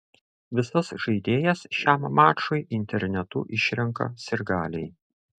visas žaidėjas šiam mačui internetu išrenka sirgaliai